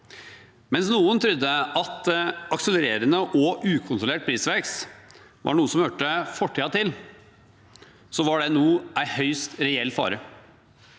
Mens noen trodde at akselererende og ukontrollert prisvekst var noe som hørte fortiden til, var det nå en høyst reell fare.